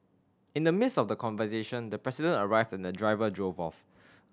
in the midst of the conversation the President arrived and the driver drove off